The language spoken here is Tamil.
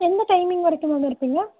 எந்த டைமிங் வரைக்கும் மேம் இருப்பீங்க